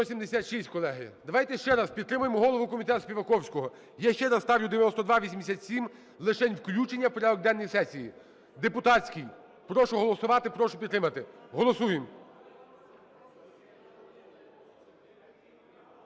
176, колеги. Давайте ще раз підтримаємо голову комітету Співаковського. Я ще раз ставлю 9287 лишень включення в порядок денний сесії, депутатський. Прошу голосувати, прошу підтримати. Голосуємо.